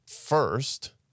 first